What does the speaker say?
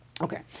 Okay